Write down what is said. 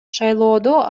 шайлоодо